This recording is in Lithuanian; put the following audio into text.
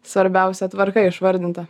svarbiausia tvarka išvardinta